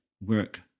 work